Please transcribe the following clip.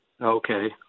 Okay